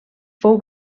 fou